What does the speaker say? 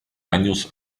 años